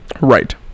right